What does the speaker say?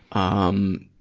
um,